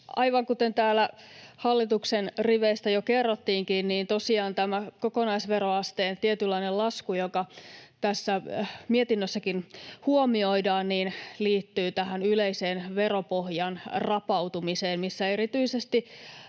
Aivan kuten täällä hallituksen riveistä jo kerrottiinkin, niin tosiaan tämä kokonaisveroasteen tietynlainen lasku, joka tässä mietinnössäkin huomioidaan, liittyy tähän yleiseen veropohjan rapautumiseen, missä erityisesti